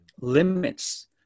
limits